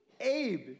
Abe